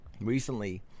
recently